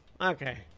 Okay